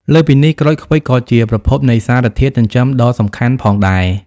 លើសពីនេះ ក្រូចឃ្វិចក៏ជាប្រភពនៃសារធាតុចិញ្ចឹមដ៏សំខាន់ផងដែរ។